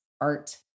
art